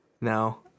No